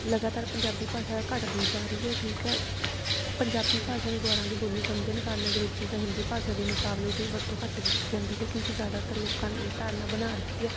ਲਗਾਤਾਰ ਪੰਜਾਬੀ ਭਾਸ਼ਾ ਘੱਟਦੀ ਜਾ ਰਹੀ ਹੈ ਠੀਕ ਹੈ ਪੰਜਾਬੀ ਭਾਸ਼ਾ ਨੂੰ ਗਵਾਰਾਂ ਦੀ ਬੋਲੀ ਸਮਝਣ ਕਾਰਨ ਅੰਗਰੇਜ਼ੀ ਜਾਂ ਹਿੰਦੀ ਭਾਸ਼ਾ ਦੇ ਮੁਕਾਬਲੇ ਇਹਦੀ ਵਰਤੋਂ ਘੱਟ ਕੀਤੀ ਜਾਂਦੀ ਹੈ ਕਿਉਂਕਿ ਜ਼ਿਆਦਾਤਰ ਲੋਕਾਂ ਨੇ ਇਹ ਧਾਰਨਾ ਬਣਾ ਰੱਖੀ ਹੈ